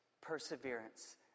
perseverance